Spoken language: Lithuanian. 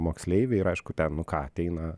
moksleiviai ir aišku ten nu ką ateina